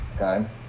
Okay